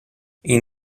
این